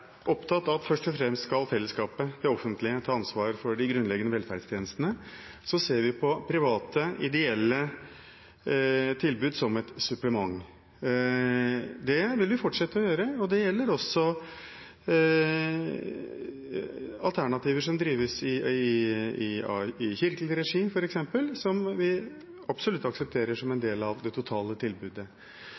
opptatt av at først og fremst skal fellesskapet, det offentlige, ta ansvar for de grunnleggende velferdstjenestene. Så ser vi på private ideelle tilbud som et supplement, og det vil vi fortsette å gjøre. Det gjelder også alternativer som drives i kirkelig regi, f.eks., som vi absolutt aksepterer som en del av det totale tilbudet.